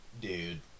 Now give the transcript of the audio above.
dude